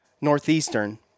Northeastern